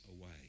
away